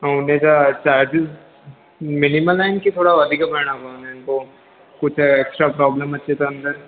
ऐं हुन जा चार्जिस मिलिमल आहिनि कि थोरा वधीक भरणा पवंदा आहिनि पोइ कुझु एक्सट्रा प्रोब्लम अचे त अन्दरि